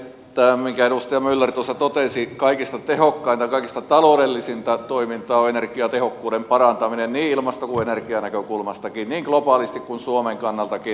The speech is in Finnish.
edustaja myller tuossa totesi että kaikista tehokkainta kaikista taloudellisinta toimintaa on energiatehokkuuden parantaminen niin ilmasto kuin energianäkökulmastakin niin globaalisti kuin suomen kannaltakin